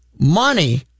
Money